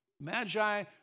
Magi